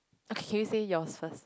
okay can you say yours first